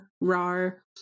rar